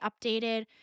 updated